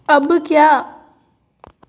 अब क्या